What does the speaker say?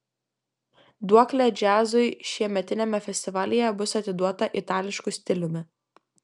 duoklė džiazui šiemetiniame festivalyje bus atiduota itališku stiliumi